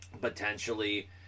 potentially